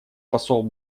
посол